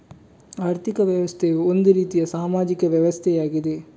ಆರ್ಥಿಕ ವ್ಯವಸ್ಥೆಯು ಒಂದು ರೀತಿಯ ಸಾಮಾಜಿಕ ವ್ಯವಸ್ಥೆಯಾಗಿದೆ